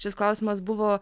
šis klausimas buvo